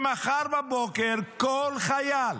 שמחר בבוקר כל חייל